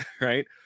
right